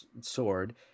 sword